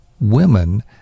women